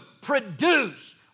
produce